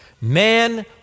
man